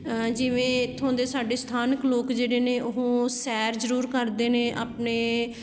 ਜਿਵੇਂ ਇੱਥੋਂ ਦੇ ਸਾਡੇ ਸਥਾਨਕ ਲੋਕ ਜਿਹੜੇ ਨੇ ਉਹ ਸੈਰ ਜ਼ਰੂਰ ਕਰਦੇ ਨੇ ਆਪਣੇ